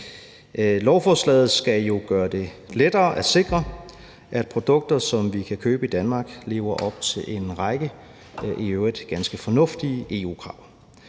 Lovforslaget skal jo gøre det lettere at sikre, at produkter, som vi kan købe i Danmark, lever op til en række i øvrigt ganske fornuftige EU-krav.